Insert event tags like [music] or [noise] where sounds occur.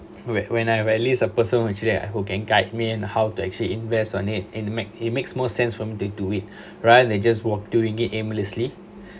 wait when I release a person who actually I hope can guide me and how to actually invest on it and make he makes more sense for me to do it [breath] rather than just go do it aimlessly